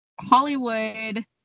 Hollywood